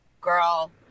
Girl